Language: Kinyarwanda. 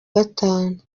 gatanu